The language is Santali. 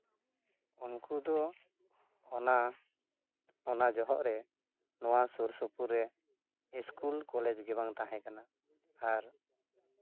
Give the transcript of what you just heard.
ᱩᱱᱠᱩᱫᱚ ᱚᱱᱟ ᱚᱱᱟ ᱡᱚᱦᱚᱜ ᱨᱮ ᱱᱚᱣᱟ ᱥᱩᱨ ᱥᱩᱯᱩᱨ ᱨᱮ ᱤᱥᱠᱩᱞ ᱠᱚᱞᱮᱡᱽ ᱜᱮᱵᱟᱝ ᱛᱟᱦᱮᱸ ᱠᱟᱱᱟ ᱟᱨ